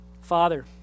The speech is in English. Father